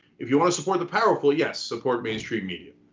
if you want to support the powerful, yes, support mainstream media.